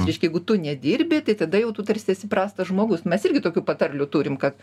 reiškia jeigu tu nedirbi tai tada jau tu tarsi esi prastas žmogus mes irgi tokių patarlių turim kad